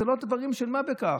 אלה לא דברים של מה בכך.